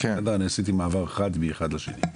עשיתי מעבר חד מאחד לשני.